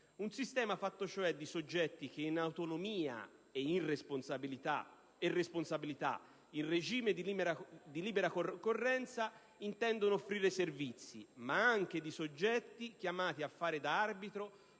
Un sistema fatto, cioè, di soggetti che in autonomia e responsabilità, in regime di libera concorrenza, intendono offrire servizi, ma anche di soggetti chiamati a fare da arbitri